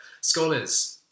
scholars